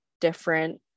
different